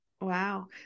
Wow